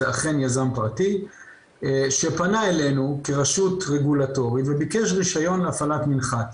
זה אכן יזם פרטי שפנה אלינו כרשות רגולטורית וביקש רישיון להפעלת מנחת.